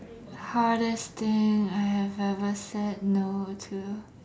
hardest thing I have ever said no to